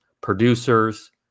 producers